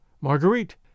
Marguerite